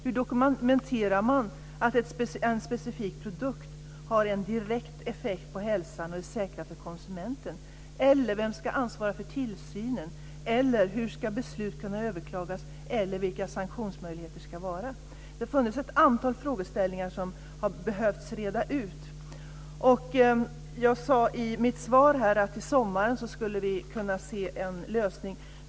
Hur dokumenterar man att en specifik produkt har en direkt effekt på hälsan och är säker för konsumenten? Vem ska ansvara för tillsynen? Hur ska beslut kunna överklagas? Vilka sanktionsmöjligheter ska finnas? I mitt svar sade jag att vi skulle kunna se en lösning till sommaren.